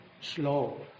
slow